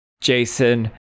Jason